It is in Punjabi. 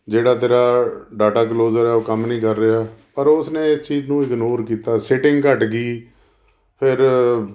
ਜਿਹੜਾ ਤੇਰਾ ਡਾਟਾ ਕਲੋਜ਼ਰ ਹੈ ਉਹ ਕੰਮ ਨਹੀਂ ਕਰ ਰਿਹਾ ਪਰ ਉਸ ਨੇ ਇਹ ਚੀਜ਼ ਨੂੰ ਇਗਨੋਰ ਕੀਤਾ ਸਿਟਿੰਗ ਘੱਟ ਗਈ ਫਿਰ